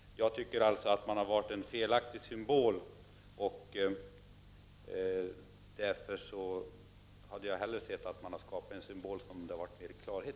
Jag tycker alltså att man har valt en felaktig symbol. Jag hade hellre sett att man hade valt en symbol som skapar större klarhet.